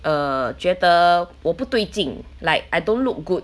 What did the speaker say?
err 觉得我不对劲 like I don't look good